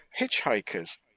Hitchhikers